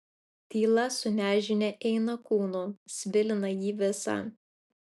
tyla su nežinia eina kūnu svilina jį visą